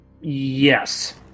Yes